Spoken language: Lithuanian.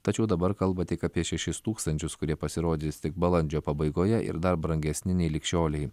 tačiau dabar kalba tik apie šešis tūkstančius kurie pasirodys tik balandžio pabaigoje ir dar brangesni nei lig šiolei